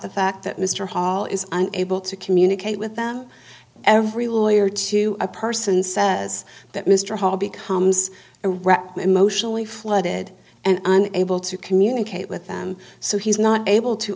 the fact that mr hall is able to communicate with them every lawyer to a person says that mr hall becomes a rap emotionally flooded and unable to communicate with them so he's not able to